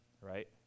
right